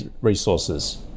Resources